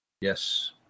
Yes